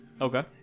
okay